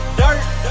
dirt